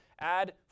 Add